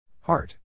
Heart